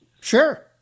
Sure